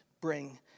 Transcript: bring